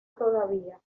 todavía